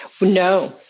No